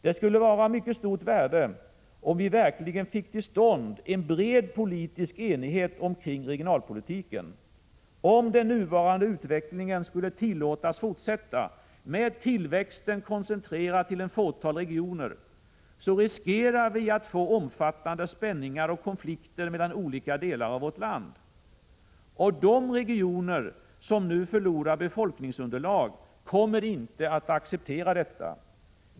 Det skulle vara av mycket stort värde om vi verkligen fick till stånd en bred politisk enighet omkring regionalpolitiken. Om den nuvarande utvecklingen skulle tillåtas fortsätta, med tillväxten koncentrerad till ett fåtal regioner, riskerar vi att få omfattande spänningar och konflikter mellan olika delar av vårt land. De regioner som nu förlorar befolkningsunderlag kommer inte att acceptera detta.